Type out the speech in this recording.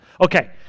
Okay